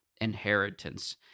inheritance